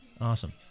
Awesome